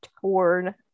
torn